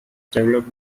developed